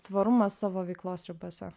tvarumą savo veiklos ribose